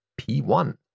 P1